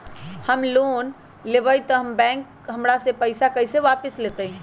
हम लोन लेलेबाई तब बैंक हमरा से पैसा कइसे वापिस लेतई?